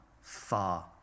far